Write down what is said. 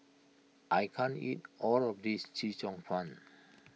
I can't eat all of this Chee Cheong Fun